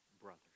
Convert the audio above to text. brothers